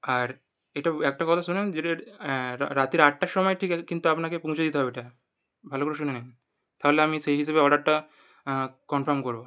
আর এটা একটা কথা শোনেন যেটা যেটা অ্যাঁ রাত্রির আটটার সময় ঠিক কিন্তু আপনাকে পৌঁছে দিতে হবে এটা ভালো করে শুনে নিন তাহলে আমি সেই হিসেবে অর্ডারটা কনফার্ম করবো